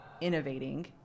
innovating